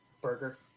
Burger